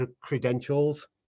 credentials